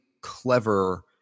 clever